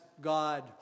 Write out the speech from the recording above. God